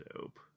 Dope